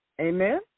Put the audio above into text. Amen